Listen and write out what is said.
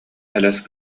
элэс